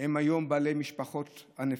הם היום בעלי משפחות ענפות,